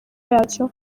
yacyo